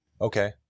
Okay